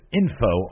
info